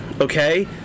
Okay